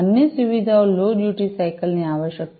અન્ય સુવિધાઓ low duty cycle ની આવશ્યકતા